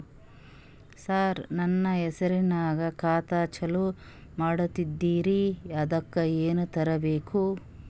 ಸರ, ನನ್ನ ಹೆಸರ್ನಾಗ ಖಾತಾ ಚಾಲು ಮಾಡದೈತ್ರೀ ಅದಕ ಏನನ ತರಬೇಕ?